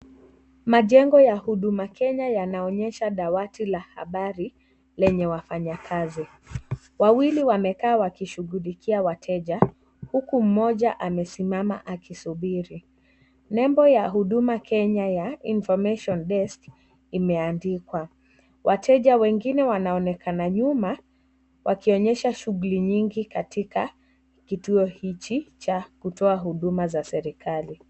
Majengo ya Huduma Kenya yanaonyesha dawati la habari lenye wafanyakazi, wawili wamekaa wakishughulikia wateja huku mmoja amesimama akisubiri. Nembo ya huduma Kenya ya information desk imeandikwa wateja wengine wanaonekana nyuma wakionyesha shughuli nyingi katika kituo hiki cha kutoa huduma za serikali.